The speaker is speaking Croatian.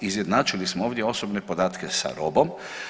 Izjednačili smo ovdje osobne podatke sa robom.